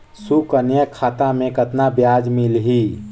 सुकन्या खाता मे कतना ब्याज मिलही?